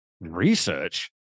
Research